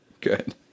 Good